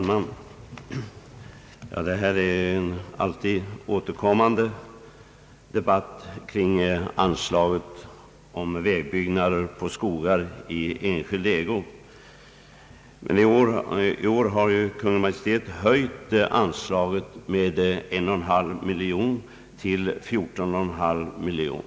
Herr talman! Detta är en årligen återkommande debatt kring anslaget för vägbyggnader på skogar i enskild ägo. I år har Kungl. Maj:t höjt anslaget med 1,5 miljon kronor till 14,5 miljoner kronor.